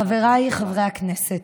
חבריי חברי הכנסת,